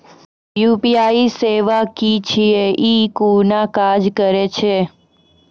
UPI सेवा की छियै? ई कूना काज करै छै?